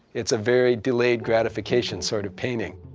it's a very delayed gratification sort of painting.